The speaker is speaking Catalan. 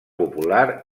popular